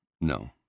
No